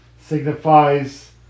Signifies